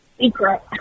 Secret